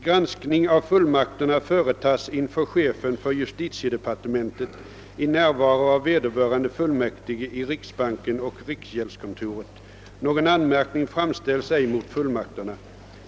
Granskning av fullmakterna företas inför chefen för justitiedepartementet i närvaro av vederbörande fullmäktige i riksbanken och riksgäldskontoret.